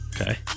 Okay